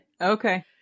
Okay